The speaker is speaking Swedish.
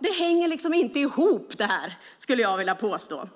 Det hänger inte ihop, skulle jag vilja påstå.